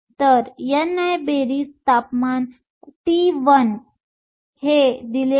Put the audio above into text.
तर ni बेरीज तापमान T1 ni दुसर्या तापमान T2 वर हे गुणोत्तर घेणे होय ही संज्ञा तापमानावर अवलंबून नसते